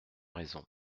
raisons